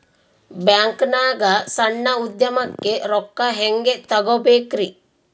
ಬ್ಯಾಂಕ್ನಾಗ ಸಣ್ಣ ಉದ್ಯಮಕ್ಕೆ ರೊಕ್ಕ ಹೆಂಗೆ ತಗೋಬೇಕ್ರಿ?